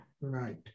Right